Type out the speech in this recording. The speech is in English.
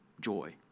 joy